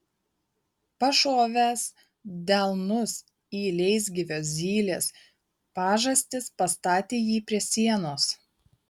pašovęs delnus į leisgyvio zylės pažastis pastatė jį prie sienos